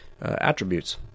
attributes